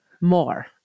more